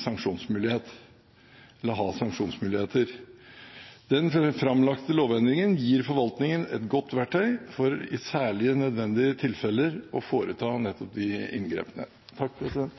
sanksjonsmuligheter. Den framlagte lovendringen gir forvaltningen et godt verktøy for i særlig nødvendige tilfeller å foreta nettopp de inngrepene.